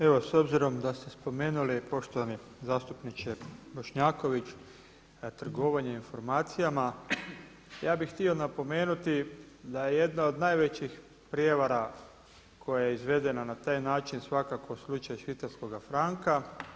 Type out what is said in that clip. Evo s obzirom da ste spomenuli, poštovani zastupniče Bošnjaković trgovanje informacijama, ja bih htio napomenuti da je jedna od najvećih prijevara koja je izvedena na taj način svakako slučaj švicarskog franka.